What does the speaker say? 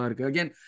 Again